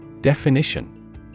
Definition